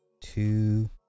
two